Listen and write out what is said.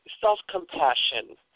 self-compassion